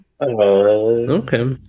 Okay